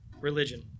religion